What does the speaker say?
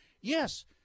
Yes